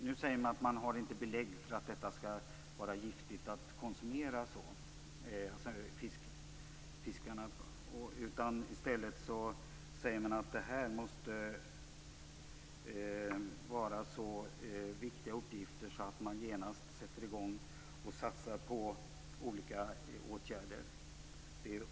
Det sägs nu att man inte har belägg för att det skall vara giftigt att konsumera de berörda fiskarna. I stället säger man att detta måste vara så viktiga uppgifter att man genast skall satsa på olika åtgärder.